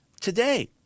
today